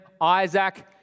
Isaac